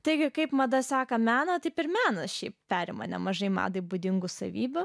taigi kaip mada seka meną taip ir menas šiaip perima nemažai madai būdingų savybių